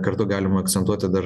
kartu galim akcentuoti dar